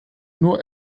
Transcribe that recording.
nur